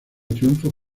triunfo